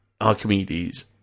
Archimedes